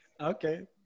Okay